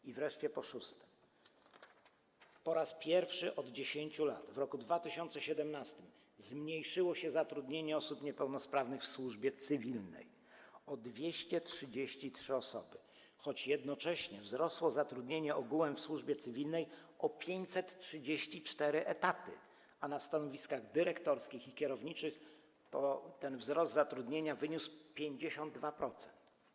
I wreszcie po szóste, po raz pierwszy od 10 lat w roku 2017 zmniejszyło się zatrudnienie osób niepełnosprawnych w służbie cywilnej - o 233 osoby, choć jednocześnie wzrosło zatrudnienie ogółem w służbie cywilnej - o 534 etaty, a jeśli chodzi o stanowiska dyrektorskie i kierownicze, ten wzrost zatrudnienia wyniósł 52%.